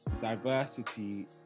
diversity